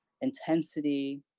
intensity